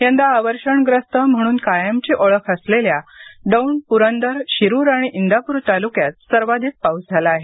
यंदा अवर्षणग्रस्त म्हणून कायमची ओळख असलेल्या दौंड पुरंदर शिरुर आणि इंदापूर तालुक्यात सर्वाधिक पाऊस झाला आहे